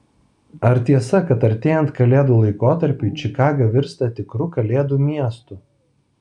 ar tiesa kad artėjant kalėdų laikotarpiui čikaga virsta tikru kalėdų miestu